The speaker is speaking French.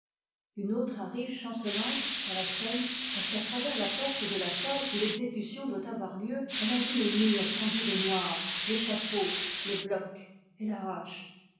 une autre arrive chancelante sur ta scène parce qu'à travers la porte de la satte où t'èxécution doit avoir lieu elle a vu les murs tendus de noir l'échafaud le bloc et la hache